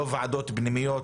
לא ועדות פנימיות,